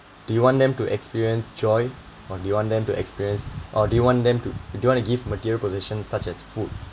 do you want them to experience joy or do you want them to experience or do you want them to do you want to give material possession such as food